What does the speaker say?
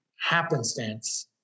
Happenstance